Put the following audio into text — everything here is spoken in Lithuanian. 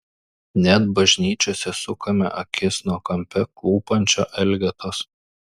net bažnyčiose sukame akis nuo kampe klūpančio elgetos